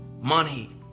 money